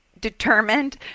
determined